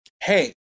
hey